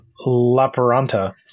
Laparanta